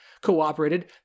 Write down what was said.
cooperated